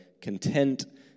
content